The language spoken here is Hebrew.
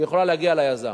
היא יכולה להגיע ליזם,